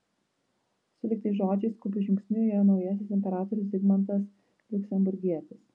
sulig tais žodžiais skubiu žingsniu įėjo naujasis imperatorius zigmantas liuksemburgietis